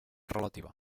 relativa